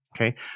Okay